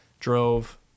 drove